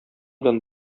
белән